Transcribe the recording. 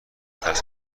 ترس